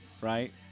right